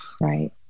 Right